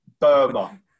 Burma